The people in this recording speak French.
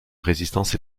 résistance